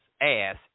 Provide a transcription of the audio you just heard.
ass